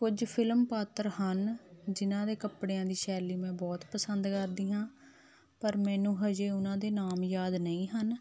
ਕੁਝ ਫਿਲਮ ਪਾਤਰ ਹਨ ਜਿਹਨਾਂ ਦੇ ਕੱਪੜਿਆਂ ਦੀ ਸ਼ੈਲੀ ਮੈਂ ਬਹੁਤ ਪਸੰਦ ਕਰਦੀ ਹਾਂ ਪਰ ਮੈਨੂੰ ਹਾਲੇ ਉਹਨਾਂ ਦੇ ਨਾਮ ਯਾਦ ਨਹੀਂ ਹਨ